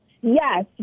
yes